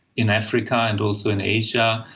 in africa and also in asia,